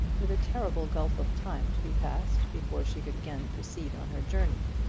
with a terrible gulf of time to be passed before she could again proceed on her journey.